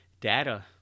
Data